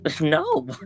No